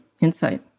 insight